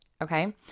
Okay